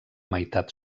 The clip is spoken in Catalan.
meitat